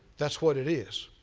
that's what it is.